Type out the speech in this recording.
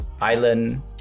island